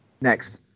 Next